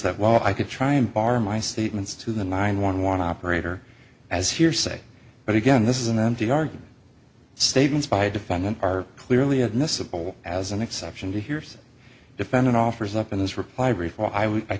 that while i could try and bar my statements to the nine one one operator as hearsay but again this is an empty argument statements by a defendant are clearly admissible as an exception to hearsay defendant offers up in this reply before i